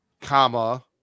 comma